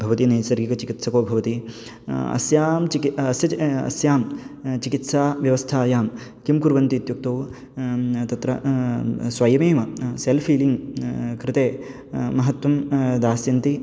भवति नैसर्गचिकित्सकः भवति अस्यां चिकित्सायाम् अस्य अस्यां चिकित्साव्यवस्थायां किं कुर्वन्ति इत्युक्तौ तत्र स्वयमेव सेल्फ़् हीलिङ्ग् कृते महत्त्वं दास्यन्ति